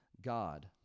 God